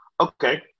okay